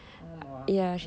oh ஆமாவா:aamaavaa